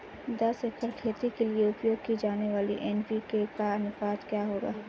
दस एकड़ खेती के लिए उपयोग की जाने वाली एन.पी.के का अनुपात क्या होगा?